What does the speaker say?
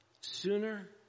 sooner